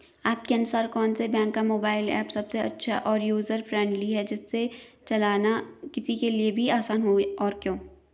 आपके अनुसार कौन से बैंक का मोबाइल ऐप सबसे अच्छा और यूजर फ्रेंडली है जिसे चलाना किसी के लिए भी आसान हो और क्यों?